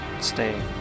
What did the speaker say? stay